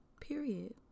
period